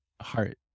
heart